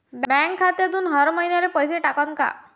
Bank खात्यातून हर महिन्याले पैसे कटन का?